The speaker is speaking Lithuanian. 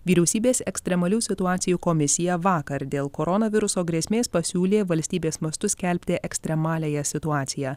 vyriausybės ekstremalių situacijų komisija vakar dėl koronaviruso grėsmės pasiūlė valstybės mastu skelbti ekstremaliąją situaciją